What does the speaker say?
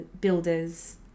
builders